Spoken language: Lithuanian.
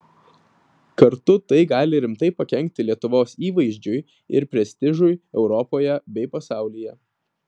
kartu tai gali rimtai pakenkti lietuvos įvaizdžiui ir prestižui europoje bei pasaulyje